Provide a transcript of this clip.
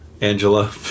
Angela